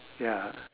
ya